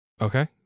okay